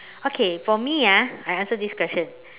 okay for me ah I answer this question